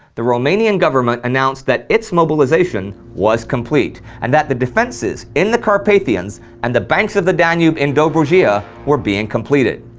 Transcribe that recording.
the romanian government announced that its mobilization was complete and that the defenses in the carpathians and the banks of the danube in dobrogea were being completed.